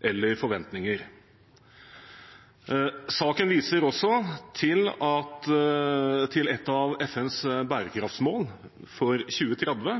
eller forventninger. Saken viser også til et av FNs bærekraftsmål for 2030,